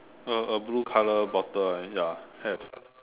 a a blue color bottle and ya have